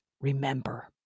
remember